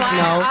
no